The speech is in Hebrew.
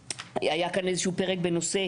היה כאן איזה שהוא פרק בנושא